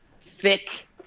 thick